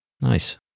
Nice